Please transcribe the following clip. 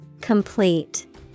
Complete